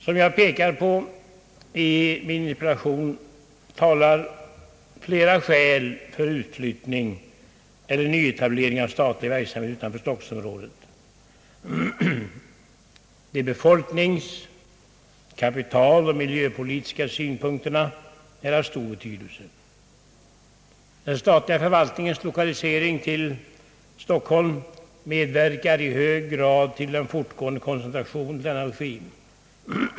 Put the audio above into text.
Som jag framhåller i min interpellation talar flera skäl för utflyttning eller nyetablering av statlig verksamhet utanför stockholmsområdet. De befolknings-, kapitaloch miljöpolitiska synpunkterna är av stor betydelse. Den statliga förvaltningens lokalisering till Stockholm medverkar i hög grad till den fortgående koncentrationen.